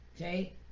okay